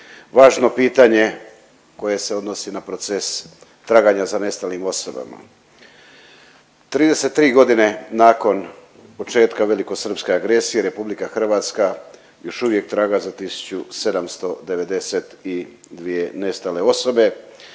važno pitanje koje se odnosi na proces traganja za nestalim osobama. 33 godine nakon početka velikosrpske agresije. Republika Hrvatska još uvijek traga za 1792 nestale osobe.